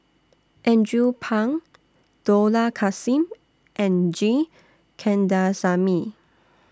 Andrew Phang Dollah Kassim and G Kandasamy